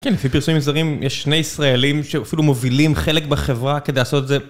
כן, לפי פרסומים זרים יש שני ישראלים שאפילו מובילים חלק בחברה כדי לעשות את זה.